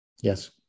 yes